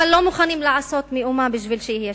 אבל לא מוכנים לעשות מאומה בשביל שיהיה שלום.